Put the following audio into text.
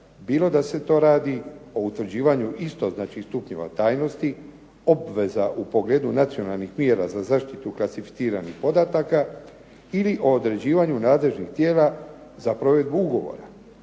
bilo da se to radi o utvrđivanju isto znači stupnjeva tajnosti, obveza u pogledu nacionalnih mjera za zaštitu klasificiranih podataka ili o određivanju nadležnih tijela za provedbu ugovora,